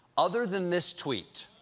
other than this tweet.